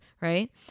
right